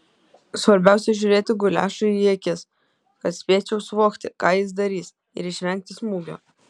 svarbiausia žiūrėti guliašui į akis kad spėčiau suvokti ką jis darys ir išvengti smūgio